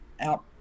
out